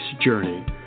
journey